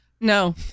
No